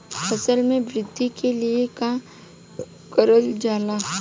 फसल मे वृद्धि के लिए का करल जाला?